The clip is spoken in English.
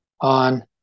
on